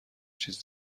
چیز